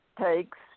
takes